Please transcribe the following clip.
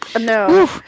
No